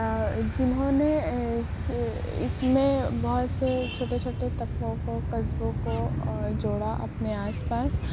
جنہوں نے اس میں بہت سے چھوٹے چھوٹے طبقوں کو قصبوں کو جوڑا اپنے آس پاس